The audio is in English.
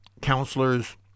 counselors